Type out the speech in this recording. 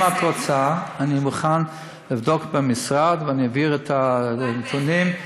אני מוכן לבדוק במשרד ואני אעביר את הנתונים.